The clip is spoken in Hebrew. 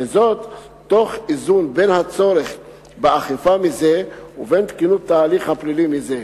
וזאת תוך איזון בין הצורך באכיפה מזה ובין תקינות ההליך הפלילי מזה.